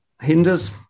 hinders